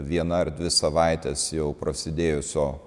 viena ar dvi savaitės jau prasidėjusio